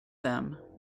them